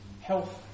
health